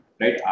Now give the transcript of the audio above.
Right